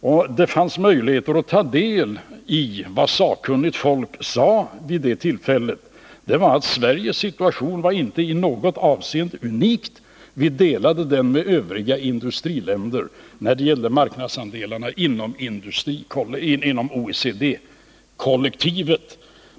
Och det fanns möjligheter att ta del av vad sakkunnigt folk sade vid det tillfället. Det var att Sveriges situation inte i något avseende var unik. Vi delade den med övriga industriländer när det gällde marknadsandelarna inom OECD-kollektivet.